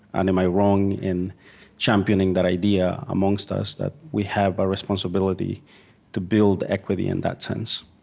and am i wrong in championing that idea amongst us that we have a responsibility to build equity in that sense?